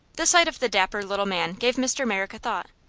the sight of the dapper little man gave mr. merrick a thought,